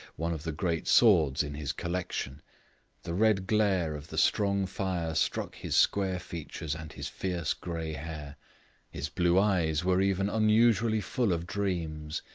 one of the great swords in his collection the red glare of the strong fire struck his square features and his fierce grey hair his blue eyes were even unusually full of dreams,